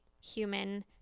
human